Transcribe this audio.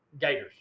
Gators